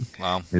Wow